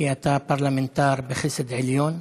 כי אתה פרלמנטר בחסד עליון.